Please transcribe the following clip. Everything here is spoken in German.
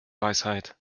weisheit